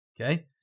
Okay